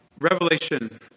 Revelation